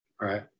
right